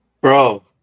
Bro